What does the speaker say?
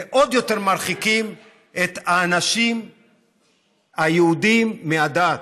ועוד יותר מרחיקים את האנשים היהודים מהדת.